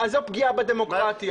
זו פגיעה בדמוקרטיה.